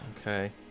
Okay